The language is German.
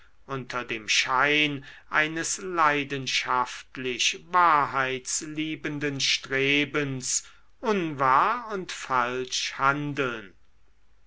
unter dem schein eines leidenschaftlich wahrheitsliebenden strebens unwahr und falsch handeln